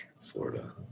Florida